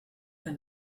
than